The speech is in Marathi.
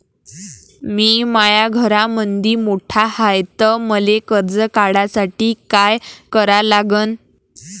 मी माया घरामंदी मोठा हाय त मले कर्ज काढासाठी काय करा लागन?